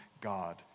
God